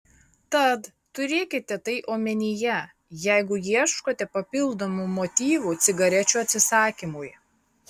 tad turėkite tai omenyje jeigu ieškote papildomų motyvų cigarečių atsisakymui